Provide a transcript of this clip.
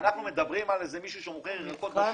אנחנו מדברים על איזה מישהו שמוכר ירקות בשוק?